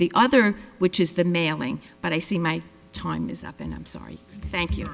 the other which is the mailing but i see my time is up and i'm sorry thank you